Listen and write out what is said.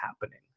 happening